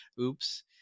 Oops